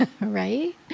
right